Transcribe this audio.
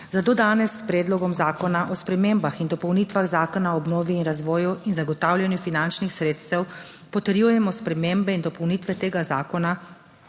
Zato danes s Predlogom zakona o spremembah in dopolnitvah Zakona o obnovi in razvoju in zagotavljanju finančnih sredstev potrjujemo spremembe in dopolnitve tega zakona,